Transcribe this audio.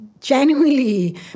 genuinely